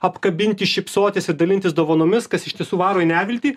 apkabinti šypsotis ir dalintis dovanomis kas iš tiesų varo į neviltį